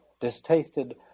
distasted